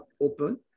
Open